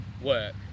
work